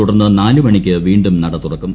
തുടർന്ന് നാല് മണിക്ക് വീണ്ടും നട തുറക്കും